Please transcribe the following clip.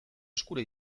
eskura